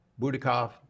Budikov